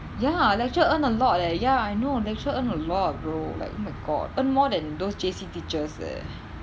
ya lecturer earn a lot leh ya I know lecturer earn a lot bro like oh my god earn more than those J_C teachers leh